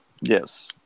Yes